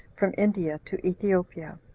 from india to ethiopia.